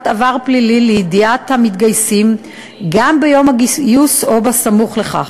עבר פלילי לידיעת המתגייסים ביום הגיוס או סמוך לכך.